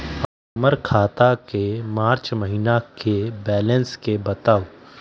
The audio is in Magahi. हमर खाता के मार्च महीने के बैलेंस के बताऊ?